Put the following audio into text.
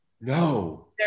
No